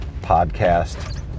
podcast